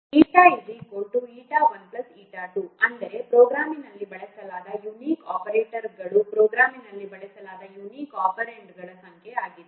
η η1 η2 ಅಂದರೆ ಪ್ರೋಗ್ರಾಂನಲ್ಲಿ ಬಳಸಲಾದ ಯುನಿಕ್ ಆಪರೇಟರ್ಗಳು ಪ್ಲಸ್ ಪ್ರೋಗ್ರಾಂನಲ್ಲಿ ಬಳಸಲಾದ ಯುನಿಕ್ ಒಪೆರಾಂಡ್ಗಳ ಸಂಖ್ಯೆ ಆಗಿದೆ